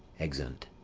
exeunt.